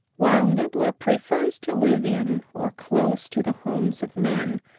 while nibbler prefers to live in or close to the homes of men,